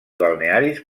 balnearis